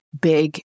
big